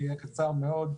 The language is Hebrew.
אני אהיה קצר מאוד.